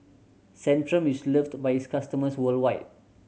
Centrum is loved by its customers worldwide